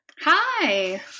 Hi